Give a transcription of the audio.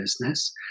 business